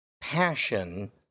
passion